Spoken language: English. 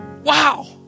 Wow